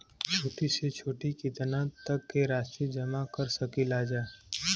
छोटी से छोटी कितना तक के राशि जमा कर सकीलाजा?